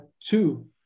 two